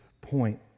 point